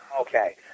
Okay